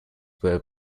where